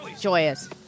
joyous